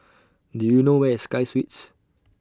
Do YOU know Where IS Sky Suites